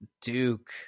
Duke